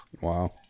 wow